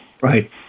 Right